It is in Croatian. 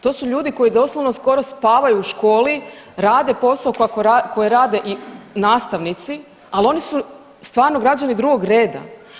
To su ljudi koji doslovno skoro spavaju u školi, rade posao koji rade i nastavnici, ali oni su stvarno građani drugog reda.